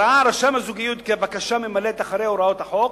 ראה רשם הזוגיות כי הבקשה ממלאת אחרי הוראות החוק,